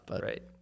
Right